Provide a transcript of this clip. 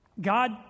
God